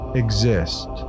exist